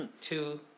Two